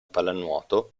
pallanuoto